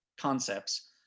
concepts